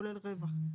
כולל רווח.